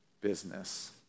business